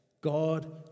God